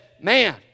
Man